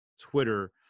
Twitter